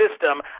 system